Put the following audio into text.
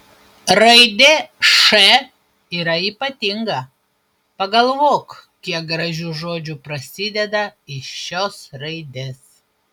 raidė š yra ypatinga pagalvok kiek gražių žodžių prasideda iš šios raidės